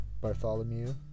Bartholomew